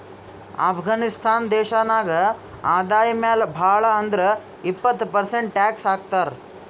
ಅಫ್ಘಾನಿಸ್ತಾನ್ ದೇಶ ನಾಗ್ ಆದಾಯ ಮ್ಯಾಲ ಭಾಳ್ ಅಂದುರ್ ಇಪ್ಪತ್ ಪರ್ಸೆಂಟ್ ಟ್ಯಾಕ್ಸ್ ಹಾಕ್ತರ್